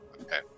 Okay